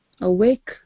awake